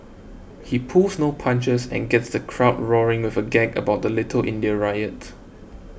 he pulls no punches and gets the crowd roaring with a gag about the Little India riot